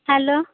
hello